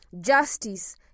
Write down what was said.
justice